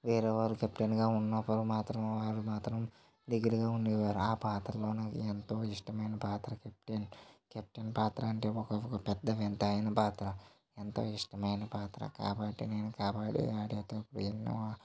వేరే వాళ్ళు కెప్టెన్ గా ఉన్నప్పుడు మాత్రం వాళ్ళు మాత్రం దిగులుగా ఉండేవారు ఆ పాత్ర నాకు ఎంతో ఇష్టమైన పాత్ర కెప్టెన్ కెప్టెన్ పాత్ర అంటే ఒక పెద్ద వింత అయిన పాత్ర ఎంతో ఇష్టమైన పాత్ర కాబట్టి నేను కబడ్డీ ఆడేటప్పుడు ఎన్నో